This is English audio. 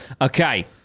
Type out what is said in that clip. okay